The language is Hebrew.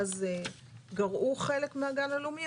ואז גרעו חלק מהגן הלאומי,